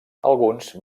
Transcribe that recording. alguns